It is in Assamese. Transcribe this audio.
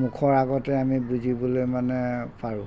মুখৰ আগতে আমি বুজিবলৈ মানে পাৰোঁ